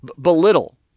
belittle